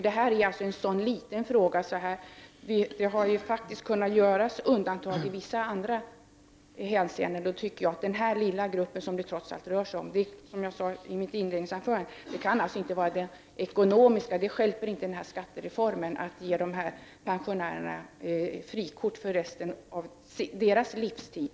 Det har dock kunnat göras undantag i vissa andra hänseenden, och det här är en så liten fråga att det kunde göras undantag även för denna grupp. Det stjälper inte skattereformen om dessa pensionärer får frikort för resten av sin livstid.